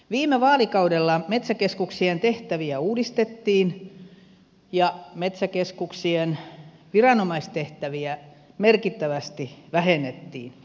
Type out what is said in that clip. viime vaalikaudella metsäkeskuksien tehtäviä uudistettiin ja metsäkeskuksien viranomaistehtäviä merkittävästi vähennettiin